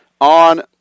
on